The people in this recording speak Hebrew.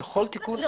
לכל תיקון?